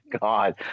God